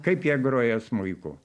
kaip jie groja smuiku